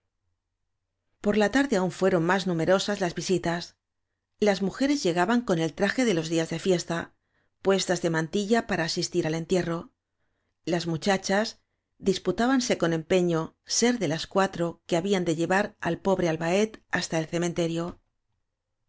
por la tarde aún fueron más numerosas las visitas las mujeres llegaban con el traje de los días de fiesta puestas de mantilla para asistir al entierro las muchachas dis putábanse con empeño ser de las cuatro que habían de llevar al pobre albaet hasta el